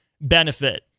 benefit